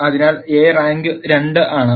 അതിനാൽ A rank 2 ആണ്